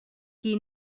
qui